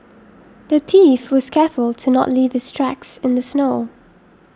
the thief was careful to not leave his tracks in the snow